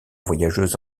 voyageuse